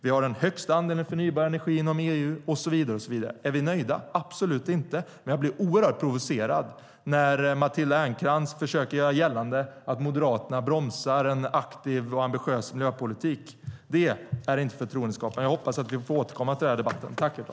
Vi har den största andelen förnybar energi inom EU och så vidare. Är vi nöjda? Absolut inte. Men jag blir oerhört provocerad när Matilda Ernkrans försöker göra gällande att Moderaterna bromsar en aktiv och ambitiös miljöpolitik. Det är inte förtroendeskapande. Jag hoppas att vi får återkomma till denna debatt.